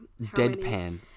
deadpan